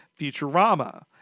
Futurama